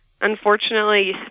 Unfortunately